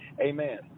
Amen